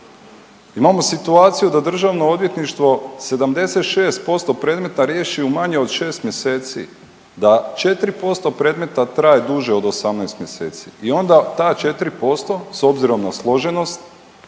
Imamo situaciju da DORH 76% predmeta riješi u manje od 6 mjeseci, da 4% predmeta traje duže od 18 mjeseci i onda ta 4% s obzirom na složenost,